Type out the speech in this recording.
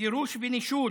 גירוש ונישול